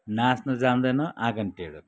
नाच्नु जान्दैन आँगन टेढो